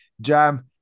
Jam